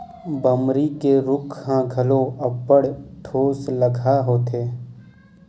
बमरी के रूख ह घलो अब्बड़ ठोसलगहा होथे